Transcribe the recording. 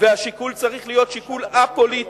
והשיקול צריך להיות שיקול א-פוליטי.